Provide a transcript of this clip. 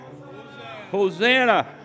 Hosanna